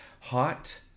hot